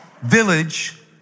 village